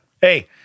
Hey